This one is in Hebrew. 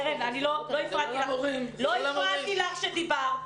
קרן, לא הפרעתי לך כשדיברת.